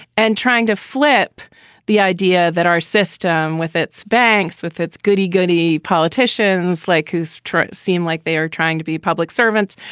and trying to flip the idea that our system with its banks, with its goody goody politicians, like who's seem like they are trying to be public servants,